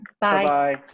bye